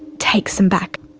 take some back.